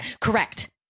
Correct